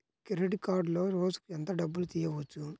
Credit కార్డులో రోజుకు ఎంత డబ్బులు తీయవచ్చు?